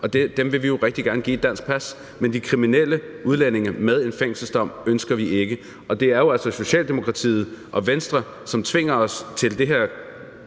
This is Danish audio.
dem vil vi jo rigtig gerne give et dansk pas. Men de kriminelle udlændinge med en fængselsdom ønsker vi ikke. Det er jo altså Socialdemokratiet og Venstre, som tvinger os til det her